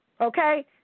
okay